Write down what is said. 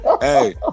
hey